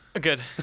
Good